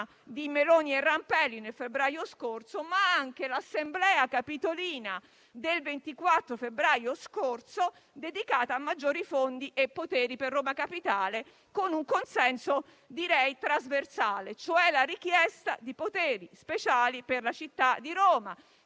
Meloni e Rampelli nel febbraio scorso, ma anche l'assemblea capitolina del 24 febbraio scorso dedicata a maggiori fondi e poteri per Roma Capitale, con un consenso trasversale. Mi riferisco alla richiesta di poteri speciali per la città di Roma,